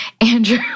Andrew